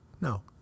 No